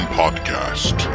podcast